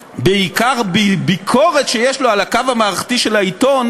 בעיקר בביקורת שיש לו על הקו המערכתי של העיתון,